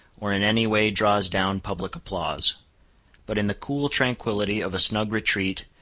or in any way draws down public applause but in the cool tranquility of a snug retreat,